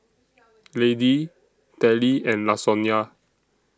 Laddie Telly and Lasonya